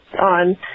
on